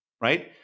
right